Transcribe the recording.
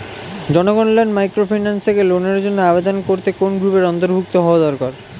Janakalyan microfinance থেকে লোনের জন্য আবেদন করতে কোন গ্রুপের অন্তর্ভুক্ত হওয়া দরকার?